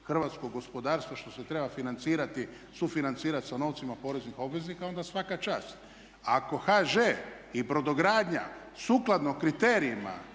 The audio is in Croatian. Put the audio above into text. hrvatskog gospodarstva što se treba financirati, sufinancirati sa novcima poreznih obveznika onda svaka čast. Ako HŽ i brodogradnja sukladno kriterijima